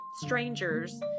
strangers